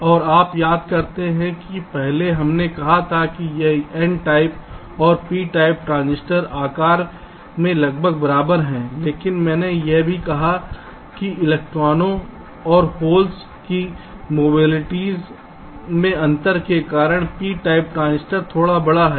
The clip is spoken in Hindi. और आप याद करते हैं कि पहले हमने कहा था कि यह N टाइप और P टाइप ट्रांजिस्टर आकार में लगभग बराबर हैं लेकिन मैंने यह भी कहा कि इलेक्ट्रॉनों और होल्स की मोबिलिटी'स में अंतर के कारण P टाइप ट्रांजिस्टर थोड़ा बड़ा है